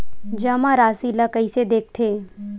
जमा राशि ला कइसे देखथे?